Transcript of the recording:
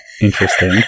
Interesting